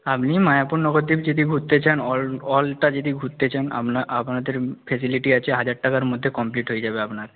আপনি মায়াপুর নবদ্বীপ যদি ঘুরতে চান অলটা যদি ঘুরতে চান আপনাদের ফেসিলিটি আছে হাজার টাকার মধ্যে কমপ্লিট হয়ে যাবে আপনার